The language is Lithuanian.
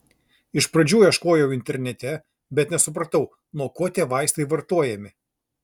iš pradžių ieškojau internete bet nesupratau nuo ko tie vaistai vartojami